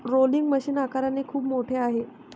rolling machine आकाराने खूप मोठे आहे